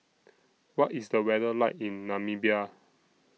What IS The weather like in Namibia